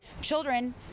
children